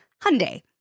Hyundai